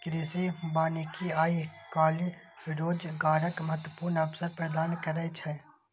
कृषि वानिकी आइ काल्हि रोजगारक महत्वपूर्ण अवसर प्रदान करै छै